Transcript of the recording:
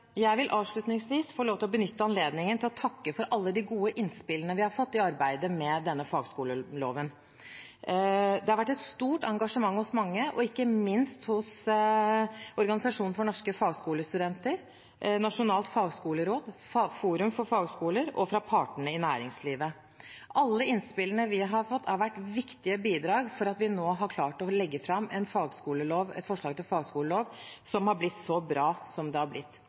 Jeg vil avslutningsvis få lov til å benytte anledningen til å takke for alle de gode innspillene vi har fått i arbeidet med denne fagskoleloven. Det har vært et stort engasjement hos mange, ikke minst hos Organisasjon for Norske Fagskolestudenter, Nasjonalt fagskoleråd, Forum for fagskoler og partene i næringslivet. Alle innspillene vi har fått, har vært viktige bidrag til at vi har klart å legge fram et forslag til fagskolelov som har blitt så bra som det har blitt.